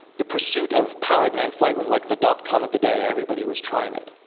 the pursuit of powered man flight was like the dot com of the day. everybody was trying it.